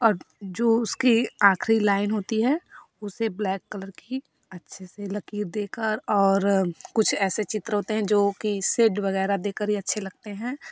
और जो उसकी आखरी लाइन होती है उसे ब्लैक कलर की अच्छे से लकीर देकर और कुछ ऐसे चित्र होते है जो कि शेड वगैरह देकर ही अच्छे लगते हैं